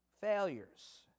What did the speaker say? failures